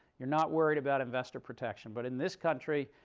you're not worried about investor protection. but in this country,